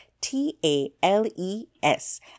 T-A-L-E-S